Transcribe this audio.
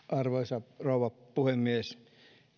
arvoisa rouva puhemies